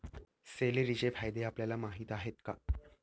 सेलेरीचे फायदे आपल्याला माहीत आहेत का?